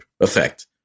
effect